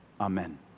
Amen